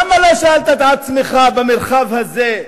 למה לא שאלת את עצמך, במרחב הזה,